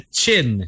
chin